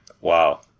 Wow